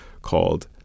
called